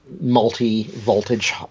multi-voltage